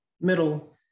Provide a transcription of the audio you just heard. middle